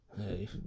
Hey